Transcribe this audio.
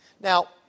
Now